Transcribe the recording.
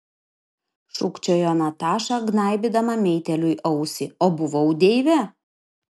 šūkčiojo nataša gnaibydama meitėliui ausį o buvau deivė